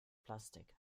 plastik